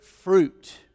fruit